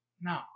No